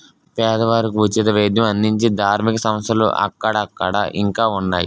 పేదవారికి ఉచిత వైద్యం అందించే ధార్మిక సంస్థలు అక్కడక్కడ ఇంకా ఉన్నాయి